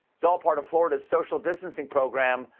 it's all part of florida's social distancing program,